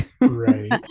Right